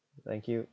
thank you